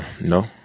No